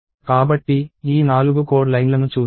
కాబట్టి ఈ నాలుగు కోడ్ లైన్లను చూద్దాం